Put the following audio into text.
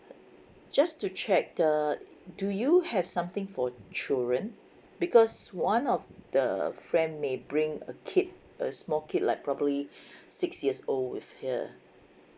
just to check err do you have something for children because one of the friend may bring a kid a small kid like probably six years old with her